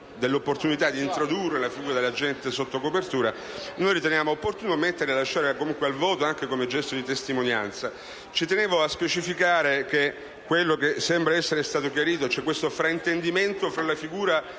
dell'opportunità di introdurre la figura dell'agente sotto copertura, riteniamo opportuno mettere al voto, anche come gesto di testimonianza. Ci tengo a specificare quello che sembra essere stato chiarito, cioè questo fraintendimento tra la figura